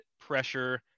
pressure